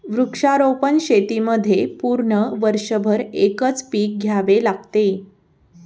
वृक्षारोपण शेतीमध्ये पूर्ण वर्षभर एकच पीक घ्यावे लागते